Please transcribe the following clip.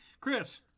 Chris